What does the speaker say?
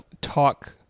talk